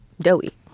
doughy